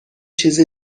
چیز